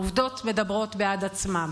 העובדות מדברות בעד עצמן.